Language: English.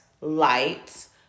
lights